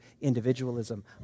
individualism